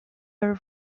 her